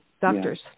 doctors